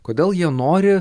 kodėl jie nori